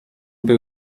był